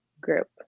group